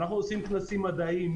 אנחנו עושים כנסים מדעיים,